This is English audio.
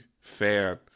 Fan